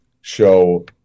show